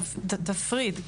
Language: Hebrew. תפריד.